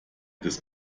des